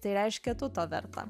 tai reiškia tu to verta